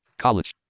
College